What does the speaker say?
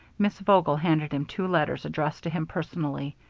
miss vogel handed him two letters addressed to him personally.